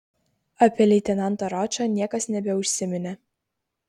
apie leitenantą ročą niekas nebeužsiminė